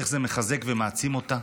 איך זה מחזק ומעצים אותה.